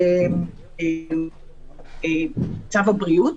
צו הבריאות.